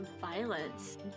violence